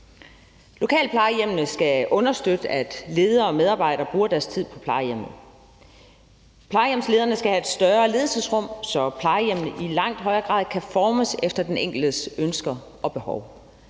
Lokalplejehjemmene skal understøtte, at ledere og medarbejdere bruger deres tid på plejehjemmet. Plejehjemslederne skal have et større ledelsesrum, så plejehjemmene i langt højere grad kan formes efter den enkeltes ønsker og behov.